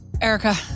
Erica